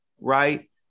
right